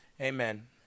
amen